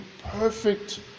perfect